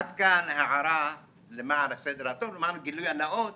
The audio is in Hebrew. עד כאן הערה למען הסדר הטוב, למען גילוי נאות